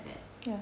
ya